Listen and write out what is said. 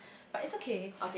but it's okay